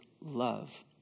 love